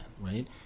right